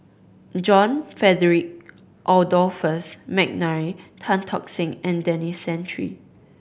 John Frederick Adolphus McNair Tan Tock Seng and Denis Santry